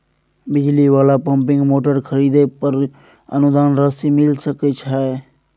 बिजली वाला pumping motor खरीदे पर अनुदान राशि मिल सके छैय?